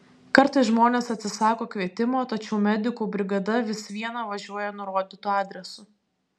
kartais žmonės atsisako kvietimo tačiau medikų brigada vis viena važiuoja nurodytu adresu